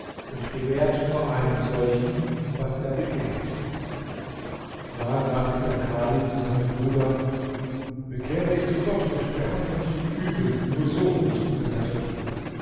und gewährt nur einem solchen was er begehrt da sagte der kadhi zu seinem bruder bekehre dich zu gott und beharre nicht im übel nur so wirst du gerettet